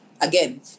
again